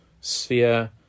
sphere